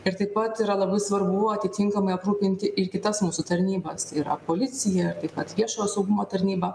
ir taip pat yra labai svarbu atitinkamai aprūpinti ir kitas mūsų tarnybas yra policija taip pat viešojo saugumo tarnyba